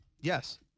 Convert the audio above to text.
Yes